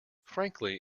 frankly